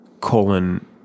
colon